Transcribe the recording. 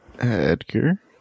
edgar